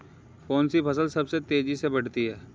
कौनसी फसल सबसे तेज़ी से बढ़ती है?